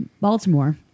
Baltimore